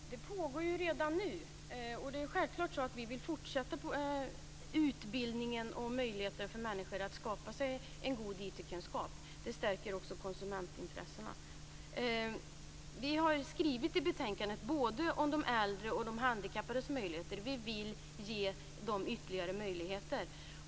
Fru talman! Det pågår redan nu, och det är självklart att vi vill fortsätta utbildningen och möjligheterna för människor att skaffa en god IT-kunskap. Det stärker också konsumentintressena. Vi har skrivit i betänkandet om både de äldres och de handikappades möjligheter. Vi vill ge dem ytterligare möjligheter.